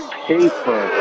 paper